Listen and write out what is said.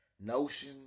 notion